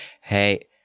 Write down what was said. hey